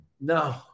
no